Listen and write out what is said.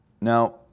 Now